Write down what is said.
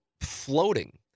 floating